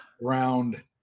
round